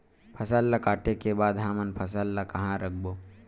फसल ला काटे के बाद हमन फसल ल कहां रखबो?